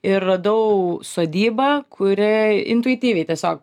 ir radau sodybą kuriai intuityviai tiesiog